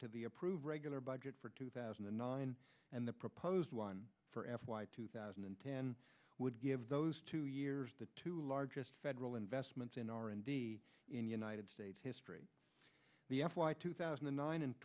the approved regular budget for two thousand and nine and the proposed one for f y two thousand and ten would give those two years the two largest federal investments in r and d in united states history the f b i two thousand and nine and